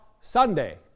Sunday